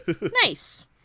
nice